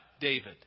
David